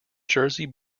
jersey